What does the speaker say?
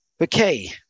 Okay